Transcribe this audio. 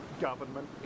government